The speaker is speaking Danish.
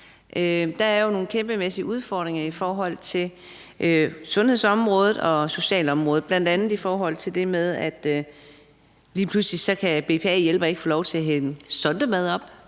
Der er jo nogle kæmpemæssige udfordringer i forhold til sundhedsområdet og socialområdet, bl.a. i forhold til det med, at en BPA-hjælper lige pludselig ikke kan få lov til at hælde sondemad op,